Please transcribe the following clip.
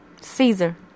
Caesar